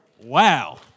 Wow